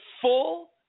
full